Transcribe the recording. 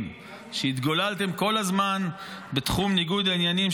שהתגוללתם כל הזמן בתחום ניגוד העניינים,